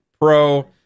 Pro